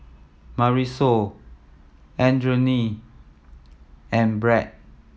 Marisol Adriane and Brad